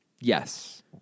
Yes